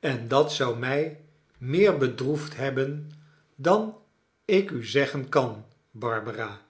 en dat zou mij meer bedroefd hebnelly ben dan ik u zeggen kan barbara